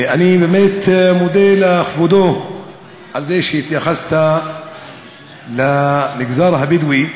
אני באמת מודה לכבודו על זה שהתייחס למגזר הבדואי